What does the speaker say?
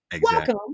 Welcome